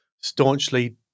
staunchly